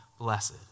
blessed